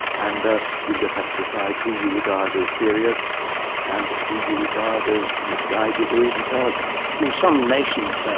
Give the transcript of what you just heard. and ah you just have to decide who you regard as serious and who you regard as misguided or even charlatans. some nations,